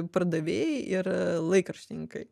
pardavėjai ir laikraštininkai